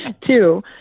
Two